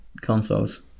consoles